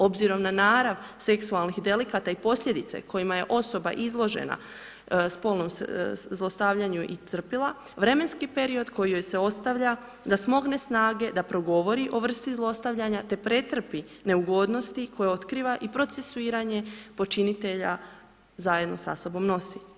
Obzirom na narav seksualnih delikata i posljedice kojima je osoba izložena spolnom zlostavljanju i trpjela vremenski period koji joj se ostavlja da smogne snage, da progovori o vrsti zlostavljanja te pretrpi neugodnosti koje otkriva i procesuiranje počinitelja zajedno sa sobom nosi.